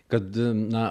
kad na